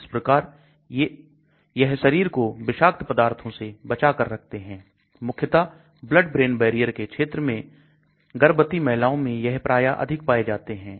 इस प्रकार से यह शरीर को विषाक्त पदार्थों से बचा कर रखते हैं मुख्यता Blood brain barrier के क्षेत्र में गर्भवती महिलाओं में यह प्राया अधिक पाए जाते हैं